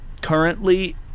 currently